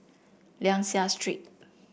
Liang Seah Street